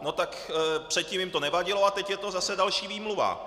No tak předtím jim to nevadilo a teď je to zase další výmluva.